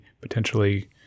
potentially